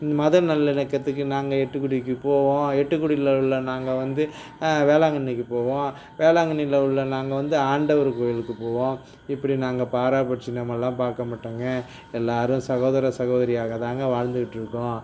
மத நல்லிணக்கத்துக்கு நாங்கள் எட்டுக்குடிக்கு போவோம் எட்டுக்குடியில உள்ள நாங்கள் வந்து வேளாங்கண்ணிக்கு போவோம் வேளாங்கண்ணியில் உள்ள நாங்கள் வந்து ஆண்டவர் கோவிலுக்கு போவோம் இப்படி நாங்கள் பாராபட்சினம் எல்லாம் பார்க்க மாட்டோங்க எல்லோரும் சகோதர சகோதரியாக தாங்க வாழ்ந்துட்டுருக்கோம்